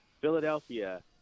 Philadelphia